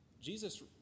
Jesus